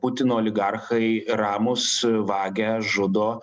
putino oligarchai ramūs vagia žudo